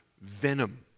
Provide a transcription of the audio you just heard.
Venom